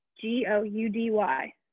G-O-U-D-Y